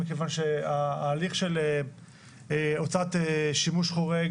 מכיוון שההליך של הוצאת שימוש חורג